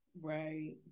Right